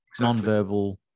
nonverbal